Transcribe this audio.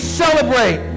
celebrate